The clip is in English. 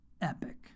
epic